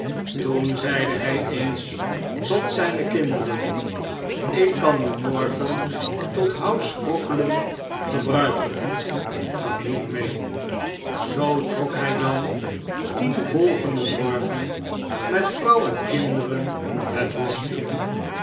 toen zeide hij eens tot zijne kinderen ik kan u morgen tot houtsprokkelen gebruiken ge moet meê zoo trok hij dan tien volgenden morgen met vrouw en kinderen het bosch in